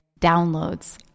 downloads